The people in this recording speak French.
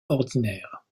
ordinaire